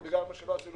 הוא בגלל מה שלא עשינו